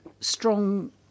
strong